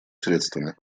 средствами